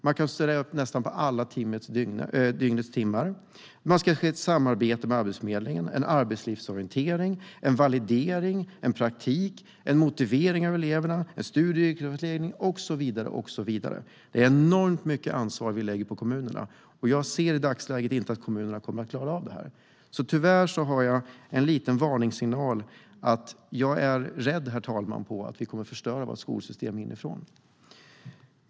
Man kan studera på nästan alla dygnets timmar. Det ska ske ett samarbete med Arbetsförmedlingen, en arbetslivsorientering, en validering, en praktik, en motivering av eleverna, studie och yrkesvägledning och så vidare. Det är enormt mycket ansvar vi lägger på kommunerna, och jag ser i dagsläget inte att kommunerna kommer att klara av det här. Tyvärr vill jag komma med en liten varningssignal, och det är att jag är rädd för att vi kommer att förstöra vårt skolsystem inifrån.